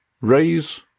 Raise